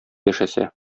яшәсә